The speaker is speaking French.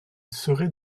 serait